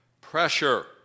pressure